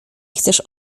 chcesz